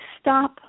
stop